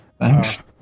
Thanks